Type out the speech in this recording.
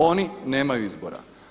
Oni nemaju izbora.